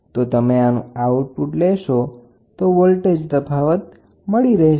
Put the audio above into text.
તો તમે આનું આઉટપુટ લેશો તો વોલ્ટેજ તફાવત મળી રહેશે